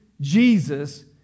Jesus